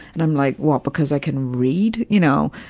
and i'm like, what, because i can read? you know.